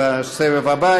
בסבב הבא.